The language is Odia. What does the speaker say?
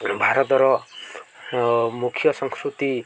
ଭାରତର ମୁଖ୍ୟ ସଂସ୍କୃତି